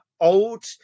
old